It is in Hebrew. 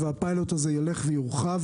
והפילוט הזה ילך ויורחב,